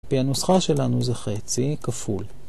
והנוסחה שלנו זה חצי, כפול